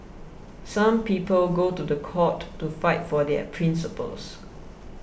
some people go to the court to fight for their principles